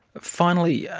finally, yeah